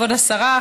כבוד השרה,